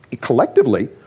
collectively